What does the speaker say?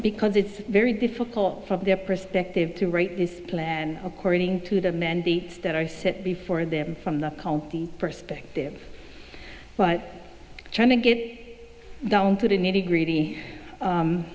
because it's very difficult from their perspective to rate this plan according to them and the star set before them from the perspective but trying to get down to the nitty gritty